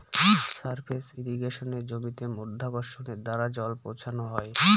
surface ইর্রিগেশনে জমিতে মাধ্যাকর্ষণের দ্বারা জল পৌঁছানো হয়